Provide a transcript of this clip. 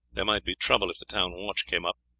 there might be trouble if the town watch came up,